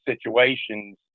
situations